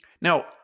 Now